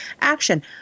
action